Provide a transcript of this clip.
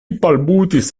balbutis